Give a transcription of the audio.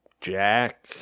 Jack